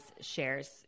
shares